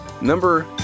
Number